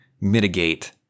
mitigate